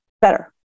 better